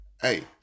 Hey